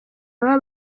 baba